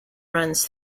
runs